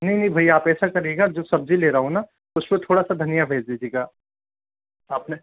नहीं नहीं भैया आप ऐसा करिएगा जो सब्ज़ी ले रहा हूँ ना उसको थोड़ा सा धनिया भेज दीजिएगा आप ने